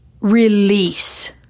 release